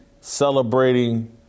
celebrating